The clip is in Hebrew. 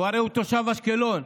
הוא הרי תושב אשקלון.